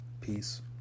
Peace